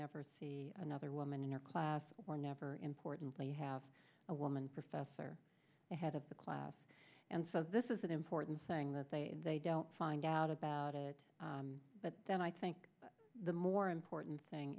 never see another woman in your class or never importantly you have a woman professor the head of the class and so this is an important thing that they they don't find out about it but then i think the more important thing